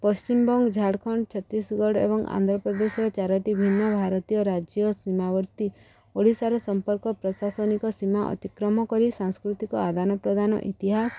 ପଶ୍ଚିମବଙ୍ଗ ଝାଡ଼ଖଣ୍ଡ ଛତିଶଗଡ଼ ଏବଂ ଆନ୍ଧ୍ରପ୍ରଦେଶର ଚାରୋଟି ଭିନ୍ନ ଭାରତୀୟ ରାଜ୍ୟ ସୀମାବର୍ତ୍ତୀ ଓଡ଼ିଶାର ସମ୍ପର୍କ ପ୍ରଶାସନିକ ସୀମା ଅତିକ୍ରମ କରି ସାଂସ୍କୃତିକ ଆଦାନ ପ୍ରଦାନ ଇତିହାସ